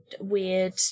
weird